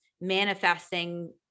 manifesting